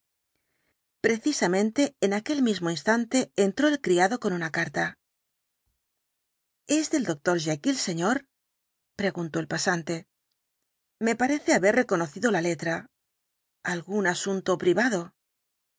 precisamente en aquel mismo instante entró el criado con una carta el dr jekyll es del doctor jekyll señor preguntó el pasante me parece haber reconocido la letra algún asunto privado